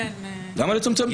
איזה עוד דרגות יש?